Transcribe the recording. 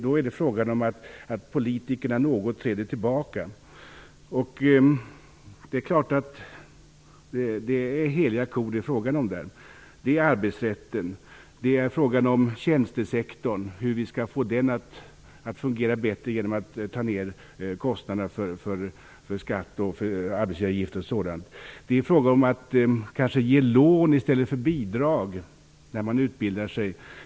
Då får politikerna se något tillbaka. Det är klart att det är fråga om heliga kor. Det gäller arbetsrätten, det är frågan om hur vi skall få tjänstesektorn att fungera bättre genom att sänka kostnaderna för skatt, arbetsgivaravgifter och sådant. Det är fråga om att kanske ge lån i stället för bidrag till den som utbildar sig.